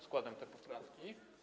Składam te poprawki.